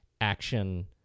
action